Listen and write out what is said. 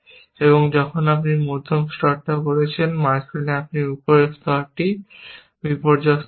এবং যখন আপনি মধ্যম স্তর করছেন মাঝখানে আপনি উপরের স্তর বিপর্যস্ত হবে